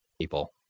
people